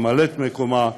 ממלאת-מקומה היום,